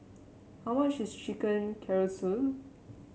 how much is Chicken Casserole